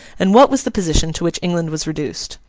and what was the position to which england was reduced.